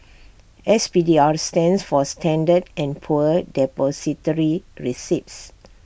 S P D R stands for standard and poor Depository receipts